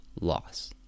loss